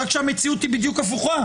רק שהמציאות היא בדיוק הפוכה.